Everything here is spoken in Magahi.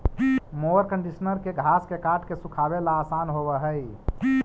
मोअर कन्डिशनर के घास के काट के सुखावे ला आसान होवऽ हई